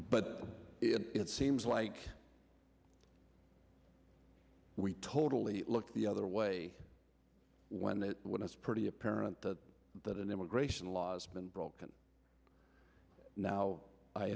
but it seems like we totally look the other way when that when it's pretty apparent that an immigration laws been broken now i